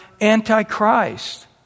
antichrist